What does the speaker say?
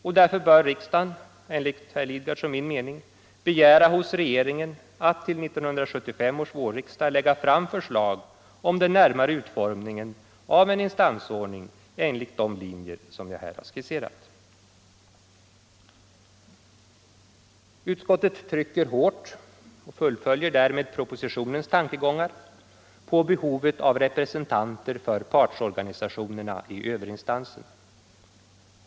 Riksdagen bör därför enligt herr Lidgards och min mening begära hos regeringen att den till 1975 års vårriksdag lägger fram förslag om den närmare utformningen av en instansordning enligt de linjer som jag här har skisserat. Utskottet trycker hårt — och fullföljer därmed propositionens tankegångar — på behovet av representanter för partsorganisationerna i överinstansen.